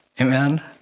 Amen